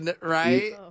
right